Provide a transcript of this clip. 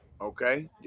Okay